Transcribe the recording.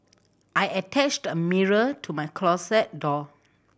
I attached a mirror to my closet door